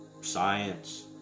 science